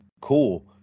cool